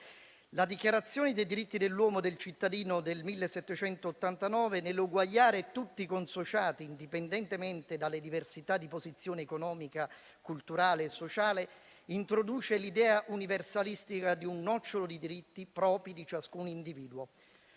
La Dichiarazione dei diritti dell'uomo e del cittadino del 1789, nell'uguagliare tutti i consociati indipendentemente dalle diversità di posizione economica, culturale e sociale, introduce l'idea universalistica di un nocciolo di diritti propri di ciascun individuo.